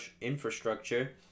infrastructure